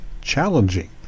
challenging